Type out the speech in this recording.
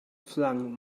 flung